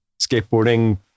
skateboarding